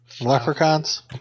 Leprechauns